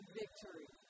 victory